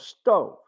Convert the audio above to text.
stove